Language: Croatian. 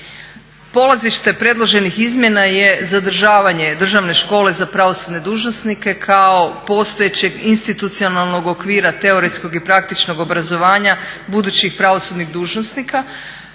Polazište predloženih izmjena je zadržavanje Državne škole za pravosudne dužnosnike kao postojećeg institucionalnog okvira teoretskog i praktičnog obrazovanja budućih pravosudnih dužnosnika,